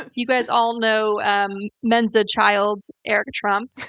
and you guys all know um mensa child eric trump.